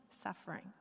suffering